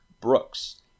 Brooks